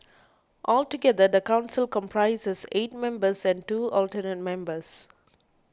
altogether the council comprises eight members and two alternate members